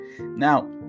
Now